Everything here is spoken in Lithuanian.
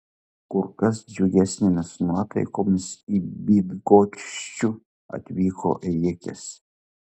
kur kas džiugesnėmis nuotaikomis į bydgoščių atvyko ėjikės